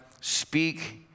speak